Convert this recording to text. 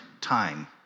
time